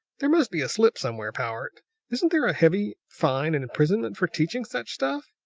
there must be a slip somewhere, powart. isn't there a heavy fine and imprisonment for teaching such stuff?